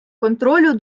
контролю